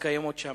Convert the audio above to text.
הקיימות שם.